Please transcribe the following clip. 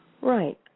Right